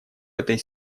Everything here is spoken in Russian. этой